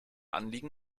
anliegen